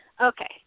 Okay